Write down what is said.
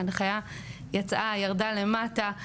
הנחיה יצאה, ירדה למטה.